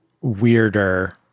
weirder